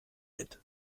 mit